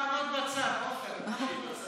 אתה תעמוד בצד, עופר.